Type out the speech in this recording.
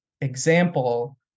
example